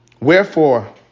wherefore